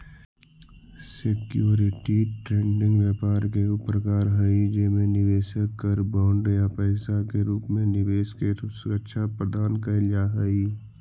security trading व्यापार के ऊ प्रकार हई जेमे निवेशक कर बॉन्ड या पैसा के रूप में निवेश के सुरक्षा प्रदान कैल जा हइ